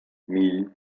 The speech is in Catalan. mill